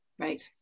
right